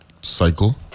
cycle